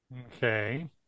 Okay